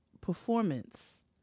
performance